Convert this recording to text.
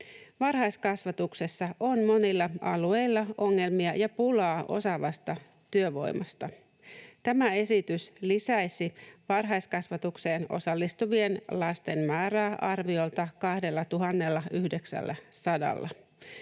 Varhaiskasvatuksessa on monilla alueilla ongelmia ja pulaa osaavasta työvoimasta. Tämä esitys lisäisi varhaiskasvatukseen osallistuvien lasten määrää arviolta 2 900:lla